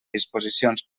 disposicions